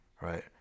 right